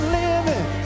living